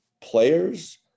players